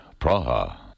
Praha